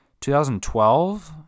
2012